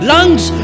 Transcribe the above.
Lungs